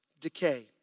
decay